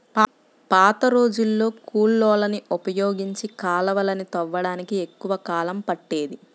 పాతరోజుల్లో కూలోళ్ళని ఉపయోగించి కాలవలని తవ్వడానికి ఎక్కువ కాలం పట్టేది